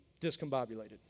discombobulated